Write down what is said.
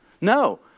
No